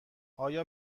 آیا